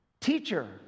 Teacher